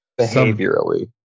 behaviorally